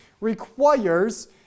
requires